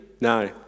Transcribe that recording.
No